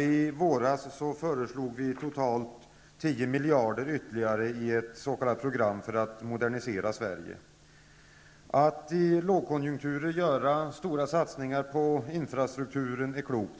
I våras föreslog vi totalt 10 miljarder ytterligare i ett s.k. program för att modernisera Sverige. Att i lågkonjunktur göra stora satsningar på infrastrukturen är klokt.